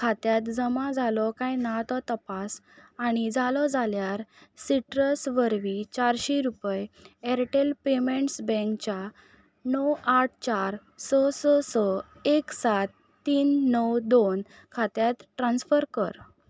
खात्यांत जमा जालो कांय ना तो तपास आनी जालो जाल्यार सिट्रस वरवीं चारशीं रुपया एरटॅल पेमँट्स बँकच्या णव आठ चार स स स एक सात तीन णव दोन खात्यात ट्रान्सफर कर